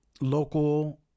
local